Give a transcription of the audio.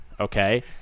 Okay